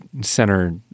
center